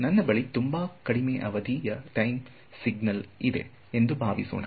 ನನ್ನ ಬಳಿ ತುಂಬಾ ಕಡಿಮೆ ಅವಧಿಯ ಸಿಗ್ನಲ್ ಟೈಮ್ ಇದೆ ಎಂದು ಭಾವಿಸೋಣ